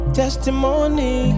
testimony